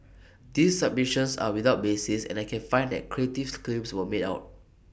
these submissions are without basis and I cab find that creative's claims were made out